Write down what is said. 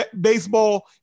baseball